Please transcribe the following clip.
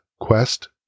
Quest